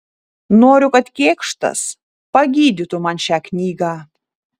noriu kad kėkštas pagydytų man šią knygą